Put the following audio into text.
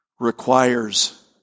Requires